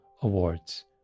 awards